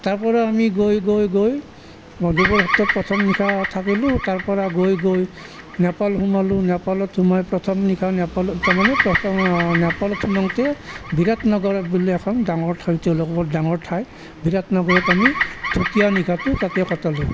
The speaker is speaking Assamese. তাৰ পৰা আমি গৈ গৈ গৈ মধুপুৰ সত্ৰত প্ৰথম নিশা থাকিলোঁ তাৰ পৰা গৈ গৈ নেপাল সোমালোঁ নেপালত সোমাই প্ৰথম নিশা নেপালত তাৰমানে প্ৰথম নেপালত সোমাওঁতে বিৰাট নগৰ বুলি এখন ডাঙৰ ঠাই তেওঁলোকৰ ডাঙৰ ঠাই বিৰাট নগৰত আমি দ্বিতীয় নিশাটো তাতে কটালোঁ